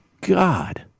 God